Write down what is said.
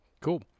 Cool